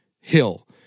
hill